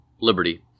liberty